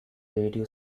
radio